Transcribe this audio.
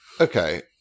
Okay